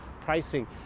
pricing